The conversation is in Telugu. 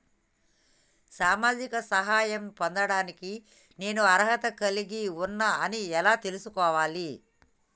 సామాజిక సహాయం పొందడానికి నేను అర్హత కలిగి ఉన్న అని ఎలా తెలుసుకోవాలి?